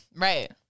right